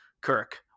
Kirk